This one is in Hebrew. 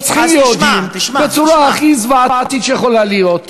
רוצחים יהודים בצורה הכי זוועתית שיכולה להיות,